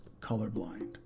colorblind